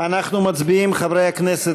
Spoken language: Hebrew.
חברי הכנסת,